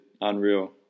unreal